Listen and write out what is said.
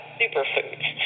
superfoods